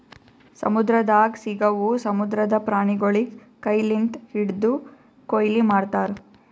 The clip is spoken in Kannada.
ಸಮುದ್ರದಾಗ್ ಸಿಗವು ಸಮುದ್ರದ ಪ್ರಾಣಿಗೊಳಿಗ್ ಕೈ ಲಿಂತ್ ಹಿಡ್ದು ಕೊಯ್ಲಿ ಮಾಡ್ತಾರ್